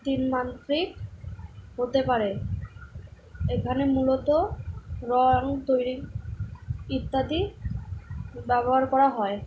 তিনমান্ত্রিক হতে পারে এখানে মূলত রং তৈরি ইত্যাদি ব্যবহার করা হয়